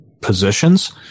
positions